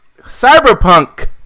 Cyberpunk